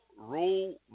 rule